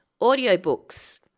audiobooks